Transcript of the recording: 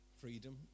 freedom